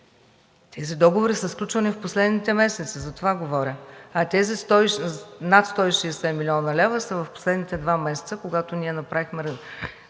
Тези договори са сключвани в последните месеци – за това говоря, а тези над 660 млн. лв. са в последните два месеца, когато ние направихме